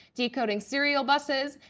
decoding serial buses,